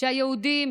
שהיהודים